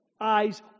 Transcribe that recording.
Eyes